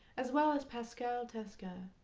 as well as pascal taskin,